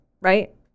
right